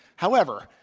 however,